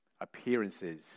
appearances